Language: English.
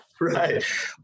right